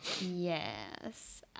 Yes